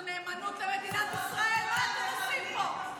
חוסר נאמנות למדינת ישראל, מה אתם עושים פה?